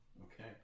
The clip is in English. Okay